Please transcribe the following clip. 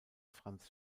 franz